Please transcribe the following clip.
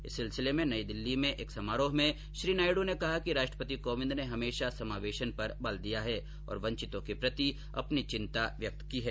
इस सिलसिले में नई दिल्ली में एक समारोह में श्री नायडु ने कहा कि राष्ट्रपति कोविंद ने हमेशा समावेशन पर बल दिया है और वंचितों के प्रति अपनी चिंता व्यक्त की है